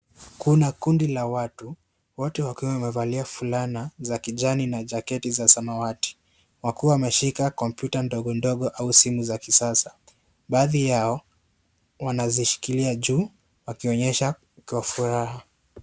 Kuna kundi la watu, wote wakiwa wamevalia fulana za kijani na jaketi za samawati, wakiwa wameshika kompyuta ndogo ndogo au simu za kisasa. Baadhi yao, wanazishikilia juu wakionyesha kwa furaha.